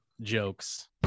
jokes